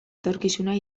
etorkizuna